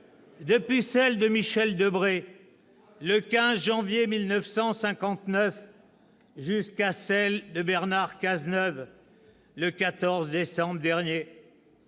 depuis celle de Michel Debré, le 15 janvier 1959, jusqu'à celle de Bernard Cazeneuve, le 14 décembre dernier.